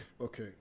Okay